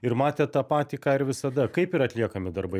ir matėt tą patį ką ir visada kaip yra atliekami darbai